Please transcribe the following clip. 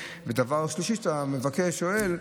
דבר שלישי שאתה שואל,